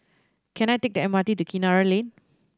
can I take the M R T to Kinara Lane